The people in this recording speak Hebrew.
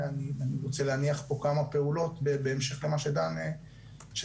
ואני רוצה להניח פה כמה פעולות בהמשך למה שדן דיבר.